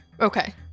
Okay